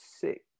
six